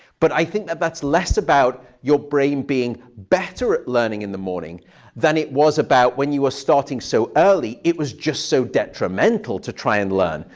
but i think that that's less about your brain being better at learning in the morning than it was about when you were starting so early, it was just so detrimental to try and learn.